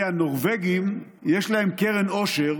תראה, הנורבגים, יש להם קרן עושר